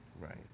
right